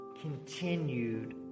continued